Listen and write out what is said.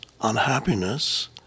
unhappiness